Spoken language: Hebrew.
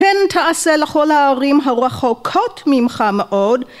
כן תעשה לכל הערים הרחוקות ממך מאוד